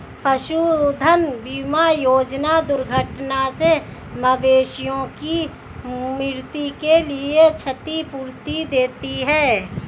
पशुधन बीमा योजना दुर्घटना से मवेशियों की मृत्यु के लिए क्षतिपूर्ति देती है